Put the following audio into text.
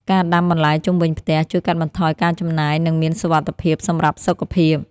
ការដាំបន្លែជុំវិញផ្ទះ ជួយកាត់បន្ថយការចំណាយ និងមានសុវត្ថិភាពសម្រាប់សុខភាព។